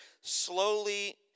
slowly